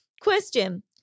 Question